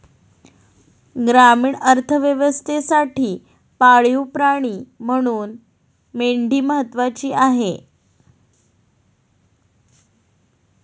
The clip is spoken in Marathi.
ग्रामीण अर्थव्यवस्थेसाठी पाळीव प्राणी म्हणून मेंढी महत्त्वाची आहे